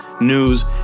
news